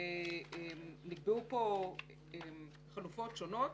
--- פה חלופות שונות,